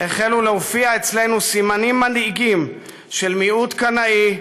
"החלו להופיע אצלנו סימנים מדאיגים של מיעוט קנאי,